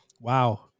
Wow